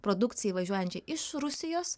produkcijai įvažiuojančiai iš rusijos